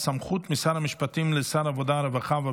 בעד, אין מתנגדים, אין נמנעים.